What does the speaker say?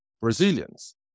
Brazilians